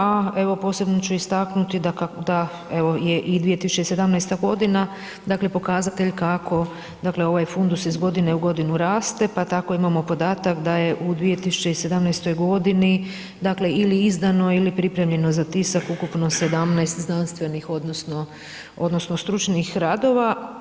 A evo posebno ću istaknuti da evo je i 2017. dakle pokazatelj kako dakle ovaj fundus iz godine u godinu raste pa tako imamo podatak da je u 2017. dakle ili izdano ili pripremljeno za tisak ukupno 17 znanstvenih odnosno stručnih radova.